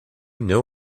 know